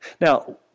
Now